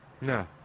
No